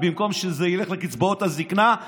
במקום שזה ילך לקצבאות הזקנה,